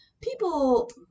people